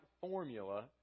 formula